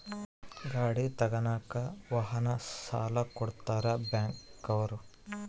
ಗಾಡಿ ತಗನಾಕ ವಾಹನ ಸಾಲ ಕೊಡ್ತಾರ ಬ್ಯಾಂಕ್ ಅವ್ರು